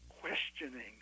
questioning